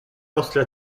nostre